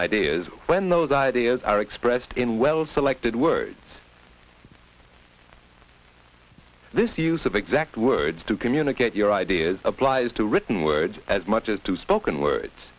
ideas when those ideas are expressed in well selected words this use of exact words to communicate your ideas applies to written words as much as two spoken